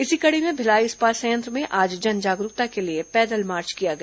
इसी कड़ी में भिलाई इस्पात संयंत्र में आज जन जागरूकता के लिए पैदल मार्च किया गया